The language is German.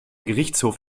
gerichtshof